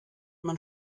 man